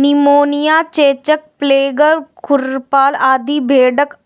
pneumonia, चेचक, plague, खुरपका आदि भेड़क